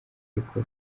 ariko